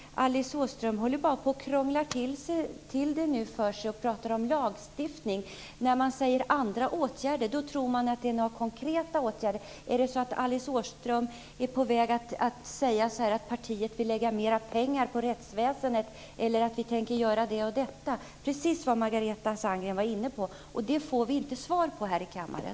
Alice Åström håller nu på att krångla till det för sig genom att tala om lagstiftning. När det talas om andra åtgärder tror man att det är fråga om konkreta åtgärder. Är Alice Åström inne på att partiet vill lägga mera pengar på rättsväsendet eller att det vill göra precis det som Margareta Sandgren var inne på? Det får vi inte svar på här i kammaren.